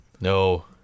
No